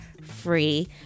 free